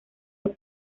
los